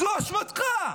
זו אשמתך,